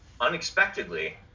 unexpectedly